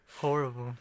Horrible